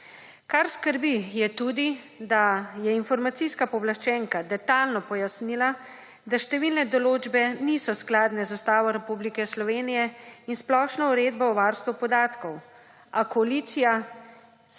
Kar skrbi, je tudi to, da je informacijska pooblaščenka detajlno pojasnila, da številne določbe niso skladne z Ustavo Republike Slovenije in Splošno uredbo o varstvu podatkov, a koalicija